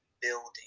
building